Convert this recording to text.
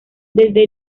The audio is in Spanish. desde